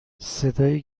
صدای